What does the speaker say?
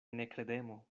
nekredemo